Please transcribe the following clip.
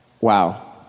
wow